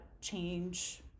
change